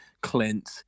Clint